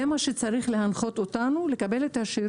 זה מה שצריך להנחות אותנו, שהאזרח יקבל את השירות